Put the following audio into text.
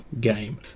game